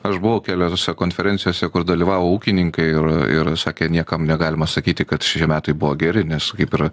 aš buvau keliose konferencijose kur dalyvavo ūkininkai ir ir sakė niekam negalima sakyti kad šie metai buvo geri nes kaip ir